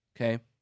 Okay